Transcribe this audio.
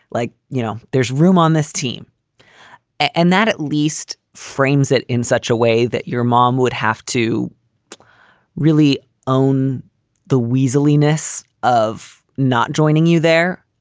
like you know, there's room on this team and that at least frames it in such a way that your mom would have to really own the weaselly ness of not joining you there,